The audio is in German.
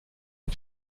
auf